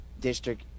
district